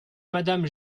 madame